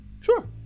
Sure